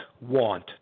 want